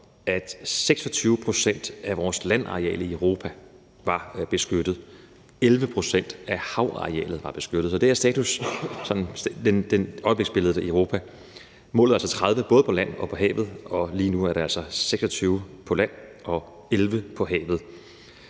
at 26 pct. af vores landareal i Europa var beskyttet og 11 pct. af havarealet var beskyttet. Det er status og øjebliksbilledet i Europa. Målet er altså 30 pct. både på land og i havet, og lige nu er det altså 26 pct. på land og 11 pct. på havet.